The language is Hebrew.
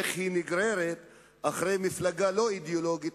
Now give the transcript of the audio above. איך היא נגררת אחרי מפלגה לא אידיאולוגית,